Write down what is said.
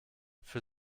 für